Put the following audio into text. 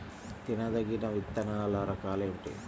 తినదగిన విత్తనాల రకాలు ఏమిటి?